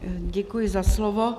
Děkuji za slovo.